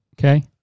Okay